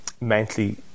mentally